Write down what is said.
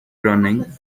pruning